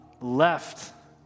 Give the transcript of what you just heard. left